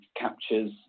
captures